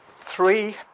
three